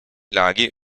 laghi